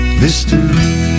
mystery